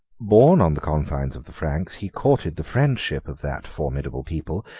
born on the confines of the franks, he courted the friendship of that formidable people,